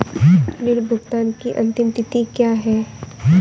ऋण भुगतान की अंतिम तिथि क्या है?